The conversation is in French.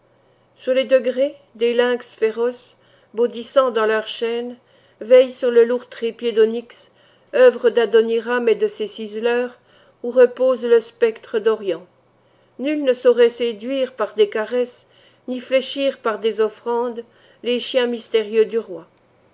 sur les degrés des lynx féroces bondissant dans leurs chaînes veillent sur le lourd trépied d'onyx œuvre d'adoniram et de ses ciseleurs où repose le sceptre d'orient nul ne saurait séduire par des caresses ni fléchir par des offrandes les chiens mystérieux du roi